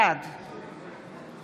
בעד